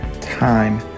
time